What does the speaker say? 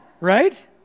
right